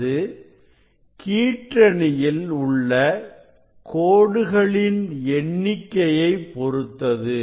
அது கீற்றணியில் உள்ள கோடுகளின் எண்ணிக்கையை பொருத்தது